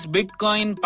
Bitcoin